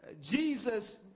Jesus